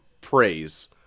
praise